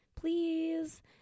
please